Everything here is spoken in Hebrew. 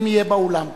אם יהיה באולם כמובן.